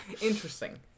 Interesting